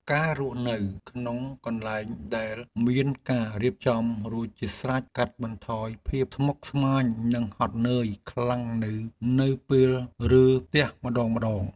ការរស់នៅក្នុងកន្លែងដែលមានការរៀបចំរួចជាស្រេចកាត់បន្ថយភាពស្មុគស្មាញនិងហត់នឿយខ្លាំងនៅពេលរើផ្ទះម្តងៗ។